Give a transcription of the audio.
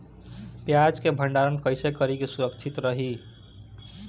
प्याज के भंडारण कइसे करी की सुरक्षित रही?